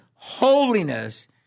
holiness